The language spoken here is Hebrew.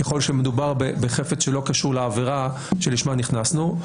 ככל שמדובר בחפץ שלא קשור לעבירה לשמה נכנסנו.